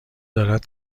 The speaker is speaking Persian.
دارد